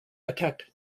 attacked